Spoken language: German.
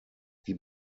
die